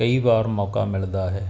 ਕਈ ਵਾਰ ਮੌਕਾ ਮਿਲਦਾ ਹੈ